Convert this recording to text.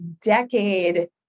decade